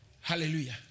Hallelujah